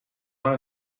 one